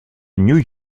new